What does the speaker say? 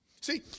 see